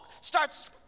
starts